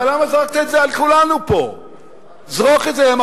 אבל למה זרקת את זה על כולנו פה?